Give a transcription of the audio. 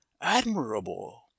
Admirable